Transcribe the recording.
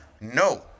no